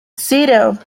zero